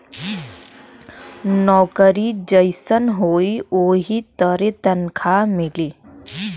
नउकरी जइसन होई वही तरे तनखा मिली